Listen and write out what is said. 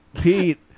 Pete